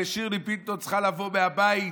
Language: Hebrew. ושירלי פינטו צריכה לבוא מהבית